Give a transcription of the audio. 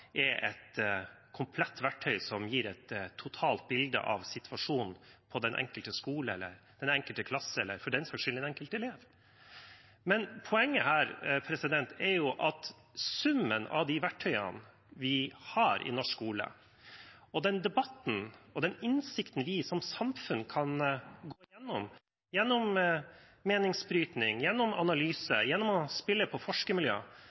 er et komplett verktøy som gir et totalt bilde av situasjonen på den enkelte skole, i den enkelte klasse eller for den saks skyld for den enkelte elev. Poenget her er at summen av de verktøyene vi har i norsk skole, og den debatten og den innsikten vi som samfunn kan få gjennom meningsbrytning, gjennom analyse, gjennom å spille på